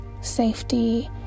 safety